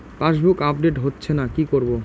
Passbook update হচ্ছেনা কি করবো?